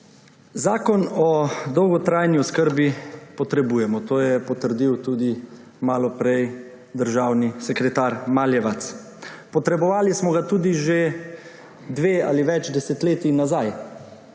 Zakon o dolgotrajni oskrbi potrebujemo. To je potrdil tudi malo prej državni sekretar Maljevac. Potrebovali smo ga tudi že dve ali več desetletij nazaj,